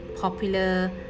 popular